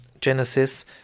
Genesis